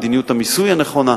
מדיניות המיסוי הנכונה,